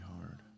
hard